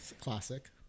Classic